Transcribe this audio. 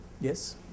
Yes